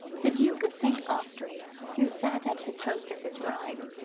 the duke of st. austrey, who sat at his hostess's right,